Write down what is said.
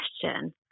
question